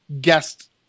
guest